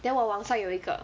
then 我晚上有一个